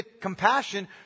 compassion